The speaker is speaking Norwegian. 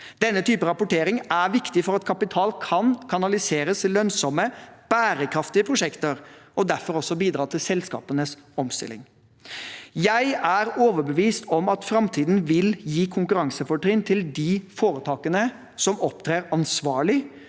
Denne typen rapportering er viktig for at kapital kan kanaliseres til lønnsomme, bærekraftige prosjekter og derfor også bidra til selskapenes omstilling. Jeg er overbevist om at framtiden vil gi konkurransefortrinn til de foretakene som opptrer ansvarlig,